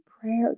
prayer